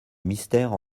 mystère